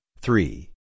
three